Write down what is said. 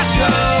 Show